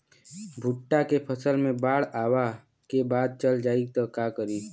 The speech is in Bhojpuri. भुट्टा के फसल मे बाढ़ आवा के बाद चल जाई त का करी?